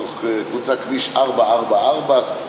מתוך קבוצה: כביש 444,